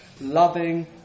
loving